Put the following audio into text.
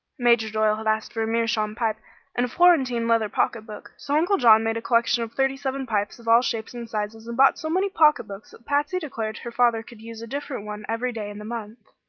major doyle had asked for a meerschaum pipe and a florentine leather pocket book so uncle john made a collection of thirty-seven pipes of all shapes and sizes, and bought so many pocketbooks that patsy declared her father could use a different one every day in the month.